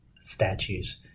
statues